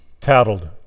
tattled